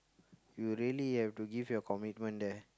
you really have to give your commitment there